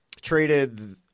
traded